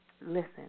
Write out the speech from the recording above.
listen